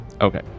Okay